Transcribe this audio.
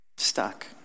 stuck